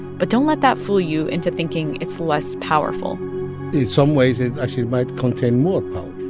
but don't let that fool you into thinking it's less powerful in some ways, it actually might contain more power.